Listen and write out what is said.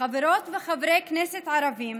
חברות וחברי כנסת ערבים